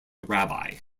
rabbi